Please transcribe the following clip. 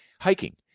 hiking